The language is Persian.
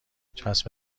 چسب